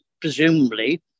presumably